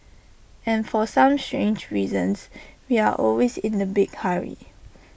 and for some strange reasons we are always in A big hurry